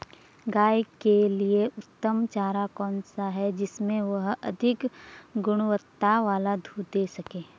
गाय के लिए उत्तम चारा कौन सा है जिससे वह अधिक गुणवत्ता वाला दूध दें सके?